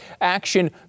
action